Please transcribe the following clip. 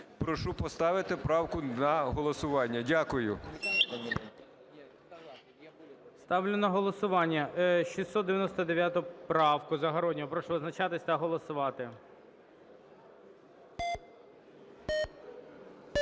Прошу поставити правку на голосування. Дякую. ГОЛОВУЮЧИЙ. Ставлю на голосування 699 правку Загороднього. Прошу визначатися та голосувати.